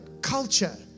Culture